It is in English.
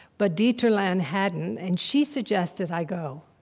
but dieterlen hadn't, and she suggested i go.